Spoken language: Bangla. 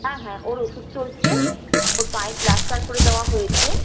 হ্যাঁ হ্যাঁ ওর ওষুধ চলছে ওর পায়ে প্লাস্টার করে দেওয়া হয়েছে